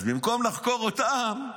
אז במקום לחקור אותם,